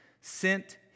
sent